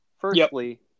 Firstly